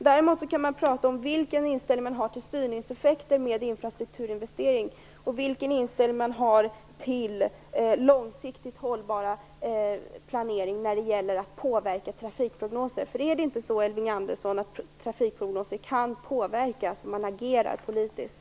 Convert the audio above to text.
Däremot kan man prata om vilken inställning man har till styrningseffekter med infrastrukturinvesteringar och vilken inställning man har till en långsiktigt hållbar planering när det gäller att påverka trafikprognoser. Är det inte så, Elving Andersson, att trafikprognoser kan påverkas om man agerar politiskt?